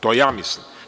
To ja mislim.